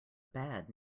bad